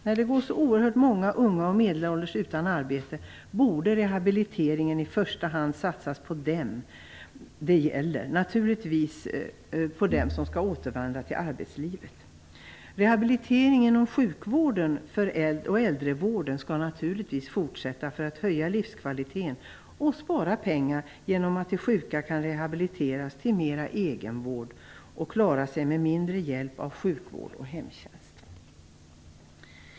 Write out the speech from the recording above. När så oerhört många unga och medelålders går utan arbete borde rehabiliteringen i första hand satsas på dem som det gäller, och det är naturligtvis de som skall återvända till arbetslivet. Rehabilitering inom sjukvården och äldrevården skall naturligtvis fortsätta, för att höja livskvaliteten och spara pengar, genom att de sjuka kan rehabiliteras till mera egenvård och klara sig med mindre hjälp av sjukvård och hemtjänst.